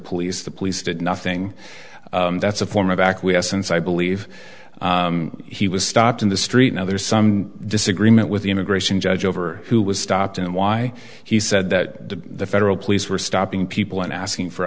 police the police did nothing that's a form of acquiescence i believe he was stopped in the street now there's some disagreement with the immigration judge over who was stopped and why he said that the federal police were stopping people and asking for